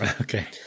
Okay